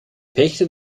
pächter